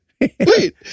Wait